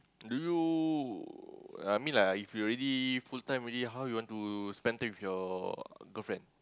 do you uh I mean like if you already full time already how you want to spend time with your girlfriend